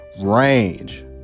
range